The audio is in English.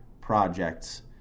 projects